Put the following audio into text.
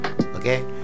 Okay